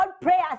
prayers